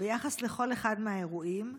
ביחס לכל אחד מהאירועים: